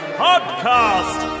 podcast